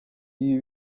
ibi